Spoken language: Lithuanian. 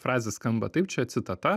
frazė skamba taip čia citata